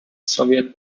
soviet